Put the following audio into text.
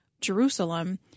Jerusalem